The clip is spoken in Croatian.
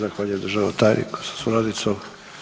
Zahvaljujem državnom tajniku sa suradnicom.